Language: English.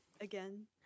again